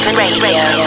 radio